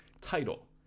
Title